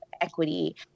equity